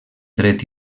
dret